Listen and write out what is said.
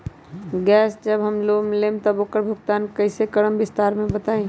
Gas जब हम लोग लेम त उकर भुगतान कइसे करम विस्तार मे बताई?